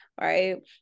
right